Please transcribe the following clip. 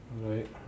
Right